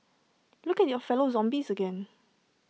look at your fellow zombies again